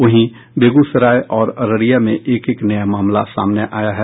वहीं बेगूसराय और अररिया में एक एक नया मामला सामने आया है